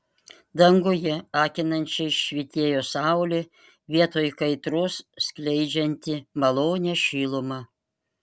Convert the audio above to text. danguje akinančiai švytėjo saulė vietoj kaitros skleidžianti malonią šilumą